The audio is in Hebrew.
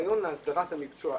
שהניסיון להסדרת המקצוע,